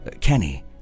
Kenny